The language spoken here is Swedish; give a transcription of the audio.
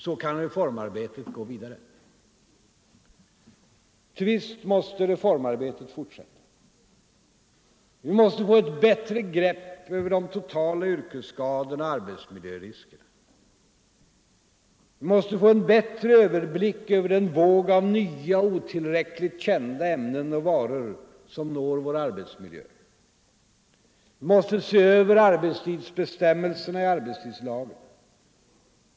Så kan reformarbetet gå vidare. Ty visst måste reformarbetet fortsätta. Vi måste få ett bättre grepp över de totala yrkesskadorna och arbetsmiljöriskerna. Vi måste få en bättre överblick över den våg av nya och otillräckligt kända ämnen och varor som når vår arbetsmiljö. Vi måste se över arbetstidsbestämmelserna i arbetstidslagen.